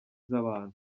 z’abantu